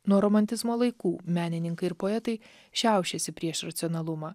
nuo romantizmo laikų menininkai ir poetai šiaušiasi prieš racionalumą